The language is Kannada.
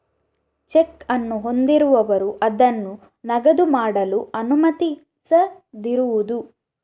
ಚೆಕ್ ಅನ್ನು ಹೊಂದಿರುವವರು ಅದನ್ನು ನಗದು ಮಾಡಲು ಅನುಮತಿಸದಿರುವುದು